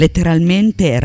Letteralmente